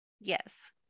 Yes